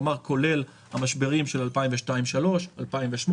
כלומר כולל המשברים של 2002-3 ו-2008,